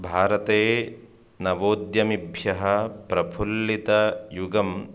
भारते नवोद्यमिभ्यः प्रफुल्लितयुगम्